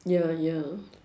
ya ya